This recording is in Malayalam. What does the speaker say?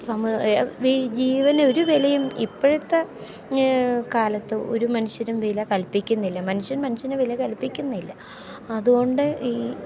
ജീവനൊരു വിലയും ഇപ്പോഴത്തെ കാലത്ത് ഒരു മനുഷ്യരും വില കൽപ്പിക്കുന്നില്ല മനുഷ്യൻ മനുഷ്യനെ വില കൽപ്പിക്കുന്നില്ല അതുകൊണ്ട് ഈ